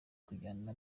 kujyana